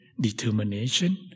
determination